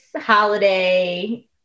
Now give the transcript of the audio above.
holiday